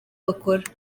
bakora